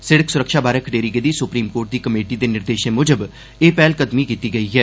सिड़क स्रक्षा बारै खडेरी गेदी सुप्रीम कोर्ट दी कमेटी दे निर्देशें मुजब एह् पैहलकदमी कीती गेई ऐ